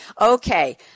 Okay